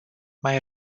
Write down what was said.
mai